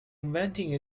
inventing